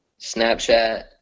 snapchat